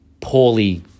poorly